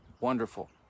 Wonderful